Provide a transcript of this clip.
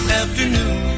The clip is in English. afternoon